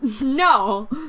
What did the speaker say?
No